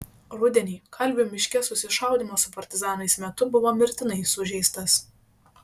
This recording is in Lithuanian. rudenį kalvių miške susišaudymo su partizanais metu buvo mirtinai sužeistas